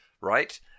right